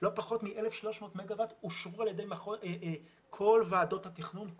לא פחות מ-1,300 מגה-ואט אושרו על ידי כל ועדות התכנון,